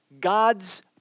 God's